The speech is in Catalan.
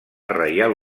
reial